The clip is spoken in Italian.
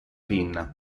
pinna